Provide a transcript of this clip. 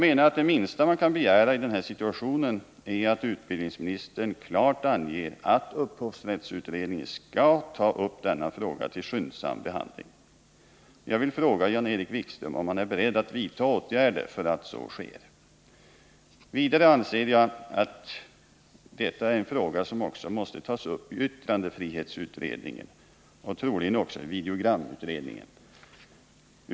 Det minsta man kan begära i denna situation är att utbildningsministern klart anger att upphovsrättsutredningen skall ta upp frågan till skyndsam behandling. Jag vill fråga Jan-Erik Wikström om han är beredd att vidta åtgärder för att så sker. Vidare anser jag att frågan är av sådan art att den också måste tas upp i yttrandefrihetsutredningen och troligen också i videogramutredningen.